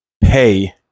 pay